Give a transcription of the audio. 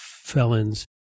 felons